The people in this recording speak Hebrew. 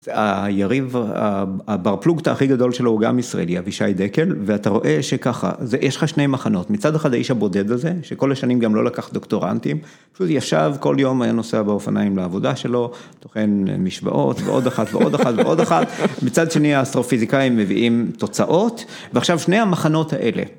והיריב, הבר-פלוגתא הכי גדול שלו הוא גם ישראלי, אבישי דקל, ואתה רואה שככה, יש לך שני מחנות, מצד אחד האיש הבודד הזה, שכל השנים גם לא לקח דוקטורנטים, ישב כל יום, היה נוסע באופניים לעבודה שלו, טוחן משוואות, ועוד אחת, ועוד אחת, ועוד אחת, מצד שני האסטרופיזיקאים מביאים תוצאות, ועכשיו שני המחנות האלה